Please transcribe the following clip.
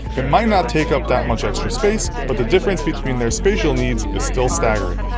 it might not take up that much extra space, but the difference between their spatial needs is still staggering.